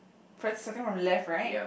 first starting from the left right